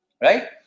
right